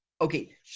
Okay